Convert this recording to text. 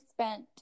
spent